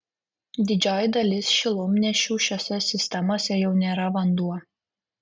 didžioji dalis šilumnešių šiose sistemose jau nėra vanduo